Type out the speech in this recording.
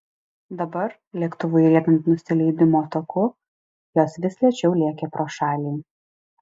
dabar lėktuvui riedant nusileidimo taku jos vis lėčiau lėkė pro šalį